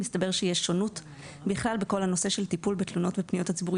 מסתבר שיש שונות בכלל בכל הנושא של תלונות ופניות הציבור,